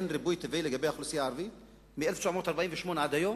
אין ריבוי טבעי בקרב האוכלוסייה הערבית מ-1948 עד היום?